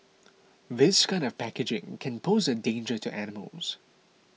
this kind of packaging can pose a danger to animals